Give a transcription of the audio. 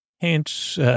Hence